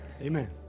amen